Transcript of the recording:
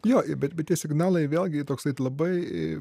jo bet bet tie signalai vėlgi toksai labai